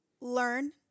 learn